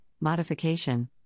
modification